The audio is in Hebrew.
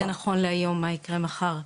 זה נכון להיות, מה יקרה מחר,